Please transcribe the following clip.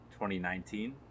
2019